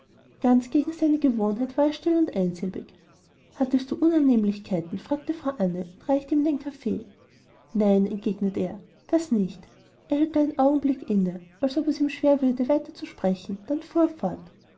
ganz gegen seine gewohnheit war er still und einsilbig hattest du unannehmlichkeiten fragte frau anne und reichte ihm den kaffee nein entgegnete er das nicht er hielt einen augenblick inne als ob es ihm schwer würde weiter zu sprechen dann fuhr er fort